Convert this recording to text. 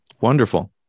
Wonderful